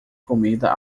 comida